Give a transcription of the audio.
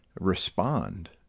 respond